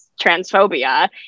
transphobia